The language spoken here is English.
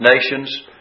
nations